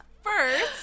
First